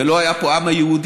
ולא היה פה העם היהודי,